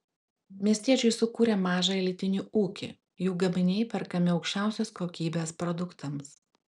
miestiečiai sukūrė mažą elitinį ūkį jų gaminiai perkami aukščiausios kokybės produktams